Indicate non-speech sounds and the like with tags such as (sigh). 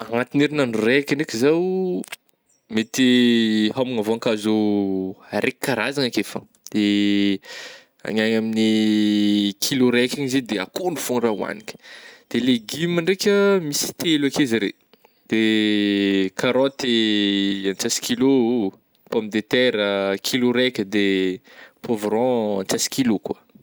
(noise) Agnatin'ny herinandro raika ndraiky zaho mety (hesitation) hômagna voankazo (hesitation) raiky karazagna keo fô de (hesitation) agny ho agny amin'ny kilô raika any zegny de akondro fôna hoagniky, de legume ndraika misy telo akeo zare (hesitation) karoty (hesitation) an-tsasa kilô ô, pomme de terre ah kilô raika de poivron an-tsasa kilô koa.